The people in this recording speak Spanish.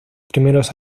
primeros